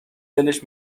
دلش